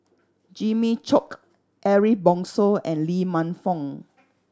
Jimmy Chok Ariff Bongso and Lee Man Fong